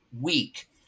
week